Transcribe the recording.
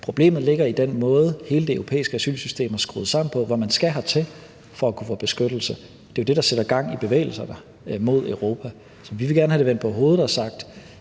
Problemet ligger i den måde, hele det europæiske asylsystem er skruet sammen på, hvor man skal hertil for at kunne få beskyttelse. Det er jo det, der sætter gang i bevægelserne mod Europa. Vi vil gerne have det vendt på hovedet og sige,